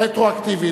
רטרואקטיבי,